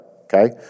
okay